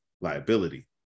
liability